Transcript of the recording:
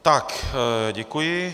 Tak, děkuji.